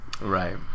Right